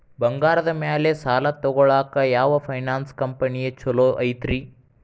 ಬಂಗಾರದ ಮ್ಯಾಲೆ ಸಾಲ ತಗೊಳಾಕ ಯಾವ್ ಫೈನಾನ್ಸ್ ಕಂಪನಿ ಛೊಲೊ ಐತ್ರಿ?